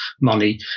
money